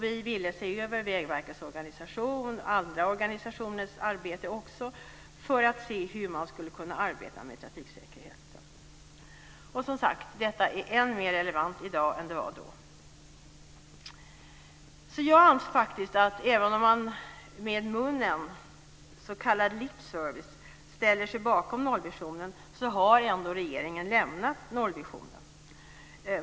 Vi ville se över Vägverkets organisation och andra organisationers arbete för att se hur det går att arbeta med trafiksäkerhet. Detta är än mer relevant i dag än då. Även om man via munnen, s.k. lip service, ställer sig bakom nollvisionen har regeringen ändå lämnat nollvisionen.